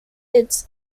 its